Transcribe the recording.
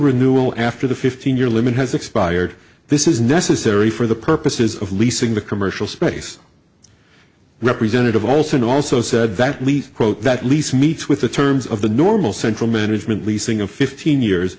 renewal after the fifteen year limit has expired this is necessary for the purposes of leasing the commercial space representative also it also said that least quote that lease meets with the terms of the normal central management leasing of fifteen years